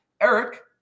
Eric